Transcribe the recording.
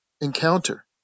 encounter